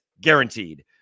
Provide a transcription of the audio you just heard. guaranteed